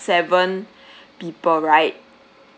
seven people right